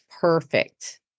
perfect